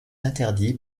interdit